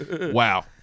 Wow